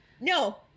No